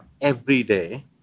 everyday